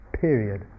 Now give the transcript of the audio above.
period